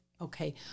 Okay